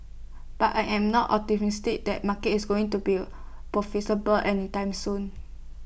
but I am not optimistic that market is going to be A profitable any time soon